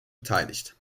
beteiligt